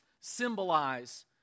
symbolize